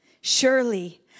Surely